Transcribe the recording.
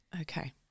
okay